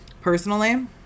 personally